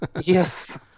Yes